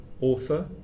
author